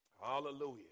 Hallelujah